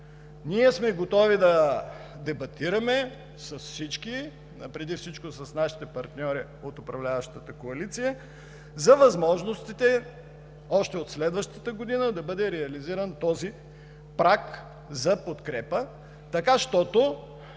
сме да дебатираме с всички и преди всичко с нашите партньори от управляващата коалиция за възможностите още от следващата година да бъде реализиран този праг за подкрепа така, защото